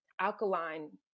alkaline